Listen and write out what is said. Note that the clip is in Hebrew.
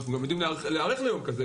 הם חונים כמו ג'ונגל.